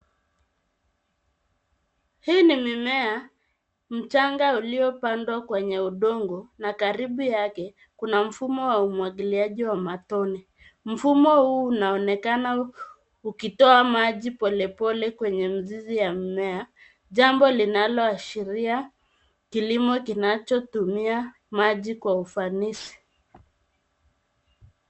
Hii ni mimea mchanga uliopandwa kwenye udongo, na karibu yake, kuna mfumo wa umwagiliaji wa matone . Mfumo huu unaonekana ukitoa maji polepole kwenye mizizi ya mimea, jambo linaloashiria kilimo kinachotumia maji kwa ufanisi.